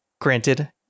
granted